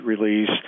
release